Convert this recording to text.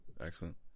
excellent